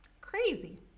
crazy